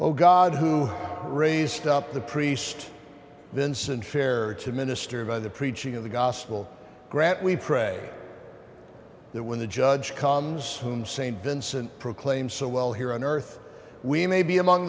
oh god who raised up the priest vince and fair to minister by the preaching of the gospel grat we pray the when the judge comes home saint vincent proclaim so well here on earth we may be among